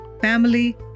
family